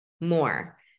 more